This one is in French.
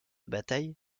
bataille